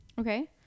Okay